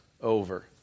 over